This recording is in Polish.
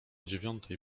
dziewiątej